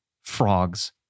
frogs